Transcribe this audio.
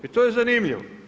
I to je zanimljivo.